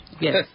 Yes